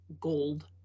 Gold